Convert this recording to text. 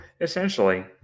essentially